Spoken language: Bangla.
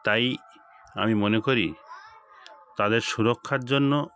তাই আমি মনে করি তাদের সুরক্ষার জন্য